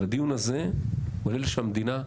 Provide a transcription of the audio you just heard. אבל הדיון הזה הוא על אלה שהמדינה הכירה,